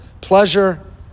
pleasure